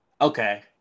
Okay